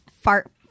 fart